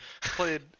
Played